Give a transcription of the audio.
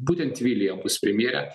būtent vilija bus premjere